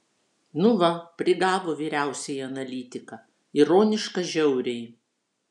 nu va prigavo vyriausiąjį analitiką ironiška žiauriai